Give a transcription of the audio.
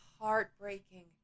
heartbreaking